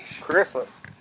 Christmas